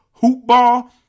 HOOPBALL